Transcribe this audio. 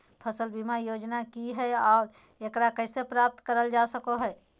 फसल बीमा योजना की हय आ एकरा कैसे प्राप्त करल जा सकों हय?